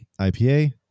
IPA